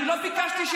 אני בא להגיד לך,